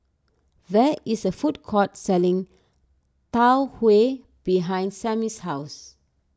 there is a food court selling Tau Huay behind Sammy's house